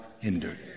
Hindered